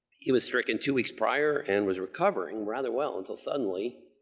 he was stricken two weeks prior and was recovering rather well until, suddenly,